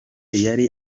yari